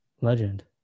legend